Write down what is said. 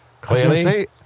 Clearly